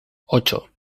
ocho